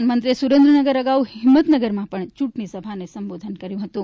પ્રધાનમંત્રીએ સુરેન્દ્રનગર અગાઉ હિંમતનગરમાં ચૂંટણી સભાને સંબોધન કર્યું હતું